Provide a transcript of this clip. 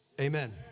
Amen